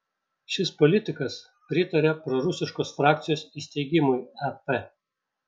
šis politikas pritaria prorusiškos frakcijos įsteigimui ep